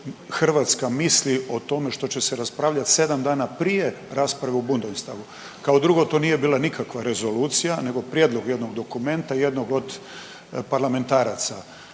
Hrvatska misli o tome što će se raspravljati 7 dana prije rasprave u Bundestagu. Kao drugo, to nije bila nikakva rezolucija, nego prijedlog jednog dokumenta jednog od parlamentaraca.